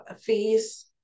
fees